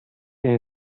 این